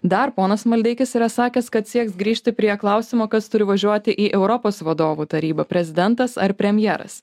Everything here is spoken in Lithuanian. dar ponas maldeikis yra sakęs kad sieks grįžti prie klausimo kas turi važiuoti į europos vadovų tarybą prezidentas ar premjeras